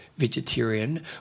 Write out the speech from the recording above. vegetarian